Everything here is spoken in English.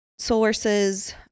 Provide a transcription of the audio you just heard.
sources